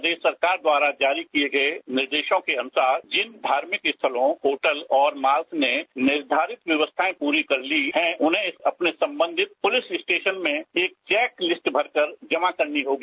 प्रदेश सरकार द्वारा जारी किये गये निर्देशों के अनुसार जिन धार्मिक स्थलों होटल और माल्स ने निर्धारित व्यवस्थाएं पूरी कर ली है उन्हें अपने संबंधित पूलिस स्टेशन में एक चेक लिस्ट भरकर जमा करनी होगी